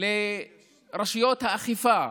לרשויות האכיפה,